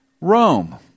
Rome